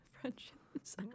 friendships